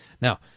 Now